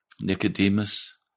Nicodemus